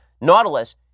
Nautilus